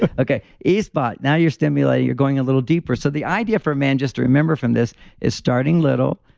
but okay, e spot. now, you're stimulating. you're going a little deeper. so, the idea for men just to remember from this is starting little,